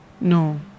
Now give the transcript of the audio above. No